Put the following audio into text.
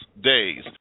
days